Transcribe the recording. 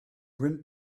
wind